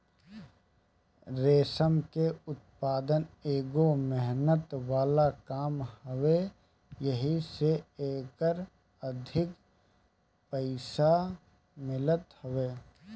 रेशम के उत्पदान एगो मेहनत वाला काम हवे एही से एकर अधिक पईसा मिलत हवे